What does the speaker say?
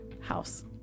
house